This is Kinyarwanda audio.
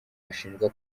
ashinjwa